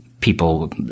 people